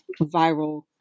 viral